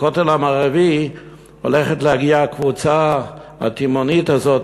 כשלכותל המערבי הולכת להגיע הקבוצה התימהונית הזאת,